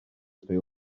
swej